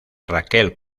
raquel